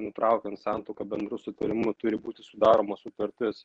nutraukiant santuoką bendru sutarimu turi būti sudaroma sutartis